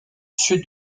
sud